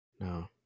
No